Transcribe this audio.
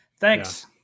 Thanks